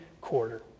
quarter